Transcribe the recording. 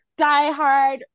diehard